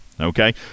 okay